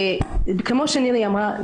כמו שנילי אמרה,